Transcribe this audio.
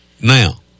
now